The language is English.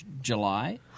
July